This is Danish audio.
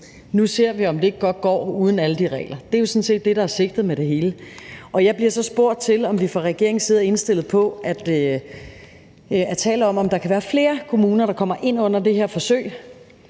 nu ser vi, om det ikke godt går uden alle de regler. Det er jo sådan set det, der er sigtet med det hele. Jeg bliver så spurgt til, om vi fra regeringens side er indstillet på at tale om, om der kan være flere kommuner, der kommer ind under det her forsøg